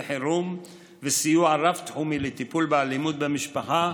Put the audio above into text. חירום וסיוע רב-תחומי לטיפול באלימות במשפחה,